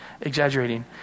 exaggerating